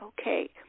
okay